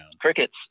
Crickets